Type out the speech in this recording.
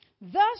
thus